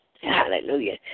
Hallelujah